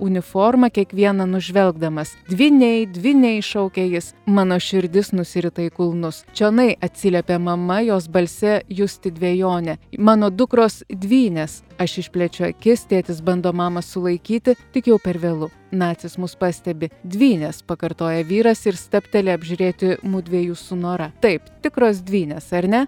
uniforma kiekvieną nužvelgdamas dvyniai dvyniai šaukia jis mano širdis nusirita į kulnus čionai atsiliepė mama jos balse justi dvejonė mano dukros dvynės aš išplečiu akis tėtis bando mamą sulaikyti tik jau per vėlu nacis mus pastebi dvynės pakartoja vyras ir stabteli apžiūrėti mudviejų su nora taip tikros dvynės ar ne